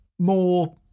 more